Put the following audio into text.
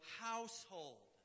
household